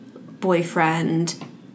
boyfriend